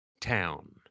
town